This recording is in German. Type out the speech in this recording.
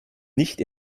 nicht